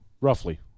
Roughly